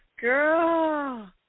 Girl